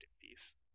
piece